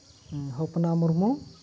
Hopna Murmu